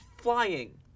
flying